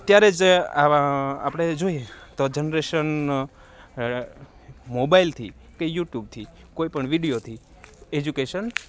અત્યારે જે આવા આપણે જોઈએ તો જનરેશન મોબાઈલથી કે યુ ટ્યુબથી કોઈ પણ વિડીયોથી એજ્યુકેશન